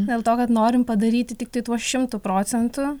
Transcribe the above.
dėl to kad norim padaryti tiktai tuo šimtu procentų